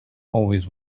always